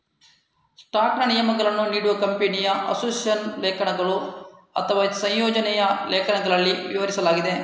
ಸ್ಟಾಕ್ನ ನಿಯಮಗಳನ್ನು ನೀಡುವ ಕಂಪನಿಯ ಅಸೋಸಿಯೇಷನ್ ಲೇಖನಗಳು ಅಥವಾ ಸಂಯೋಜನೆಯ ಲೇಖನಗಳಲ್ಲಿ ವಿವರಿಸಲಾಗಿದೆ